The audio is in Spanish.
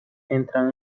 entran